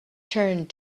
turned